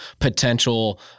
potential